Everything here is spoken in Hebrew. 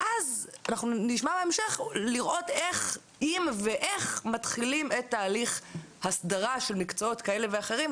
נשמע בהמשך אם ואיך מתחילים את תהליך הסדרת מקצועות כאלה ואחרים,